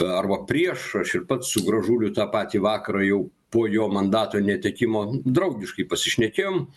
arba prieš aš ir pats su gražuliu tą patį vakarą jau po jo mandato netekimo draugiškai pasišnekėjom